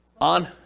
On